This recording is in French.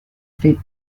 fait